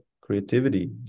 creativity